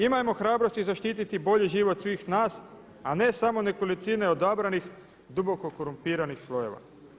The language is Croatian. Imajmo hrabrosti zaštiti bolji život svih nas, a ne samo nekolicine odabranih duboko korumpiranih slojeva.